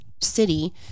city